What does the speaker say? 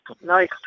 Nice